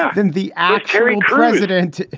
and the act carrying president.